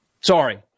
Sorry